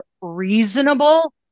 reasonable